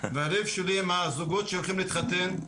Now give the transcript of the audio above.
עם הזוגות שהולכים להתחתן.